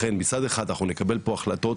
לכן מצד אחד אנחנו נקבל פה החלטות,